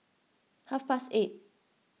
half past eight